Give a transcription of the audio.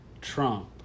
Trump